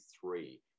three